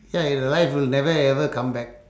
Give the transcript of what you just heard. ya your life will never ever come back